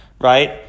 right